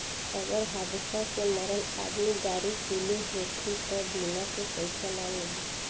अगर हादसा में मरल आदमी दारू पिले होखी त बीमा के पइसा ना मिली